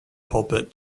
pulpit